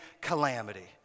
calamity